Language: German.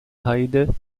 heide